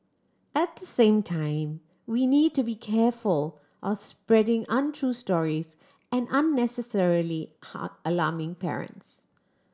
at the same time we need to be careful or spreading untrue stories and unnecessarily alarming parents